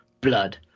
Blood